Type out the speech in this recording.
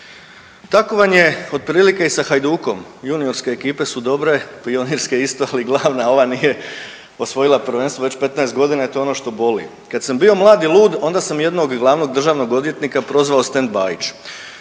Tako vam je otprilike i sa Hajdukom. Juniorske ekipe su dobre, pionirske isto, ali glavna ova nije osvojila prvenstvo već 15 godina i to je ono što boli. Kad sam bio mlad i lud onda sam jednog Glavnog državnog odvjetnika prozvao stand Bajić,